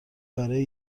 برای